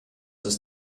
ist